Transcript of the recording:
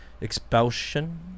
expulsion